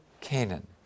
Canaan